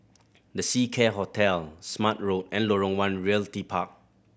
The Seacare Hotel Smart Road and Lorong One Realty Park